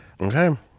okay